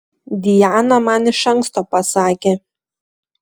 diana man iš anksto pasakė